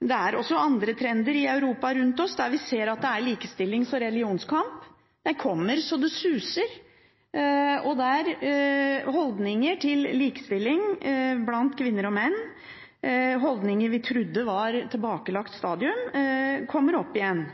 Det er også trender rundt oss i Europa, bl.a. likestillings- og religionskamp. Det kommer så det suser. Holdninger til likestilling blant kvinner og menn, holdninger vi trodde var et tilbakelagt stadium, kommer opp igjen.